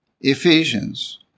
Ephesians